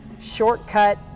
shortcut